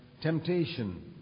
temptation